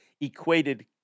equated